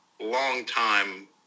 longtime